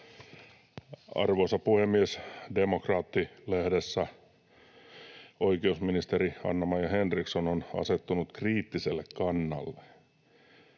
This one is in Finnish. Arvoisa puhemies! Demokraatti-lehdessä: ”Oikeusministeri Anna-Maja Henriksson on asettunut kriittiselle kannalle.